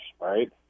right